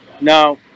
no